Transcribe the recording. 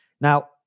now